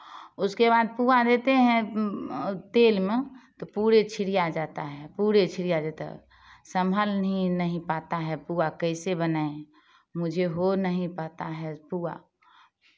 उसके बाद पुआ देते हैं तेल में तो पूरे छिरिया जाता है पूरे छिरिया जाता है सम्हल ही नहीं पाता है पुआ कैसे बनाएँ मुझे हो नहीं पाता है पुआ